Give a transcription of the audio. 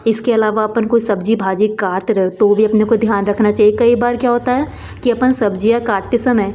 इसके अलावा अपन को सब्ज़ी भाजी काट रहे तो भी अपने को ध्यान रखना चाहिए कई बार क्या होता है कि अपन सब्ज़ियाँ काटते समय